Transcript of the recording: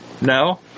No